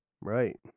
Right